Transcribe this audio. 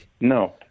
No